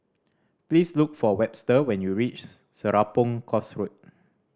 please look for Webster when you reach Serapong Course Road